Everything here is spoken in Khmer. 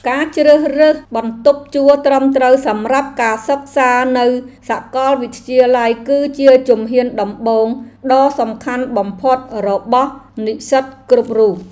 ការជ្រើសរើសបន្ទប់ជួលត្រឹមត្រូវសម្រាប់ការសិក្សានៅសាកលវិទ្យាល័យគឺជាជំហានដំបូងដ៏សំខាន់បំផុតរបស់និស្សិតគ្រប់រូប។